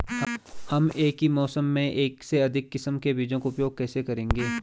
हम एक ही मौसम में एक से अधिक किस्म के बीजों का उपयोग कैसे करेंगे?